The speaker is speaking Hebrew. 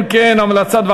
אם כן,